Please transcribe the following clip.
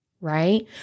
right